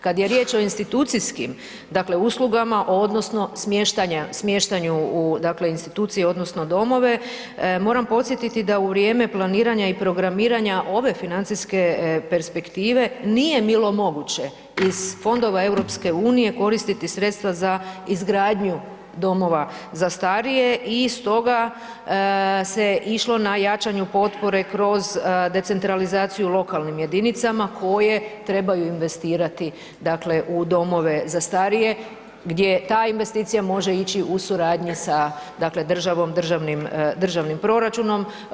Kad je riječ o institucijskim uslugama odnosno smještanju u institucije odnosno domove, moram podsjetiti da u vrijeme planiranja i programiranja ove financijske perspektive nije bilo moguće iz fondova EU-a koristiti sredstva za izgradnju domova za starije i stoga se išlo na jačanju potpore kroz decentralizaciju lokalnim jedinicama koje trebaju investirati u domove za starije gdje ta investicija može ići u suradnji sa državom, državnim proračunom.